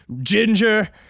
ginger